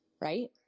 right